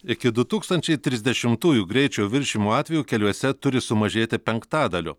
iki du tūkstančiai trisdešimtųjų greičio viršijimo atvejų keliuose turi sumažėti penktadaliu